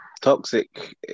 Toxic